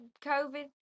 COVID